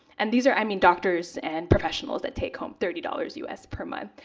and these are, i mean, doctors and professionals that take home thirty dollars us per month,